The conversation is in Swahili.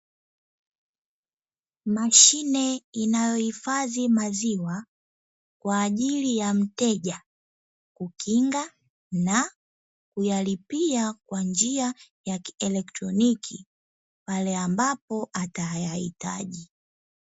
Mashine inayohifadhi maziwa kwa ajili ya mteja kukinga na kuyalipia kwa njia ya kielotroniki, pale ambapo atayahitaji.